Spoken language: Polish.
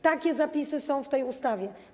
Takie zapisy są w tej ustawie.